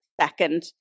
second